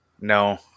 No